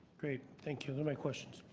great. thank you. those are my questions.